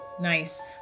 nice